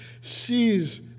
sees